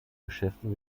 beschäftigen